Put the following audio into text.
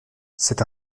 c’est